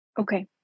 Okay